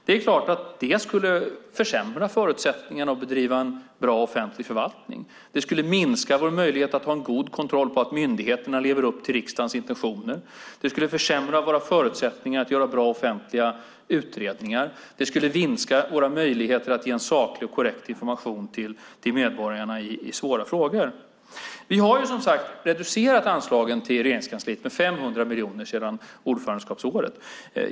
Det skulle försämra förutsättningarna att bedriva en bra offentlig förvaltning. Det skulle minska vår möjlighet att ha en god kontroll på att myndigheterna lever upp till riksdagens intentioner. Det skulle försämra våra förutsättningar att göra bra offentliga utredningar. Det skulle minska våra möjligheter att ge en saklig och korrekt information till medborgarna i svåra frågor. Vi har som sagt reducerat anslagen till Regeringskansliet med 500 miljoner sedan ordförandeskapsåret.